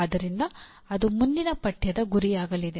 ಆದ್ದರಿಂದ ಅದು ಮುಂದಿನ ಪಠ್ಯದ ಗುರಿಯಾಗಲಿದೆ